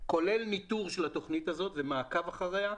כולל ניטור של התוכנית הזאת ומעקב אחריה.